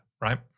right